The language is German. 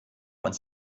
uns